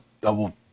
double